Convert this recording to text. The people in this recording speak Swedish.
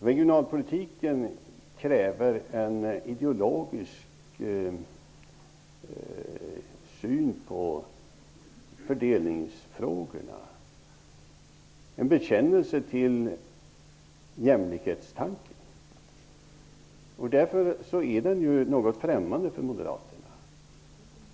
Regionalpolitiken kräver en ideologisk syn på fördelningsfrågorna och en bekännelse till jämlikhetstanken. Därför är den något främmande för moderaterna.